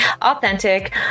Authentic